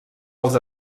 els